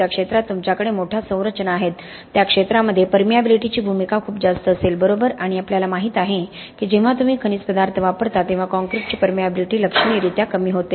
ज्या क्षेत्रात तुमच्याकडे मोठ्या संरचना आहेत त्या क्षेत्रामध्ये परमिएबिलिटीची भूमिका खूप जास्त असेल बरोबर आणि आपल्याला माहित आहे की जेव्हा तुम्ही खनिज पदार्थ वापरता तेव्हा कॉंक्रिटची परमिएबिलिटी लक्षणीयरीत्या कमी होते